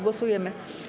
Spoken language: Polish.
Głosujemy.